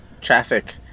traffic